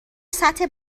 سطح